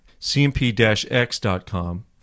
cmp-x.com